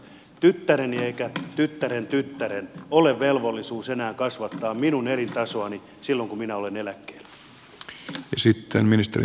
tyttäreni tai tyttärentyttäreni velvollisuus ei ole enää kasvattaa minun elintasoani silloin kun minä olen eläkkeellä